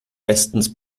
bestens